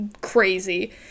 crazy